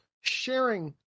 sharing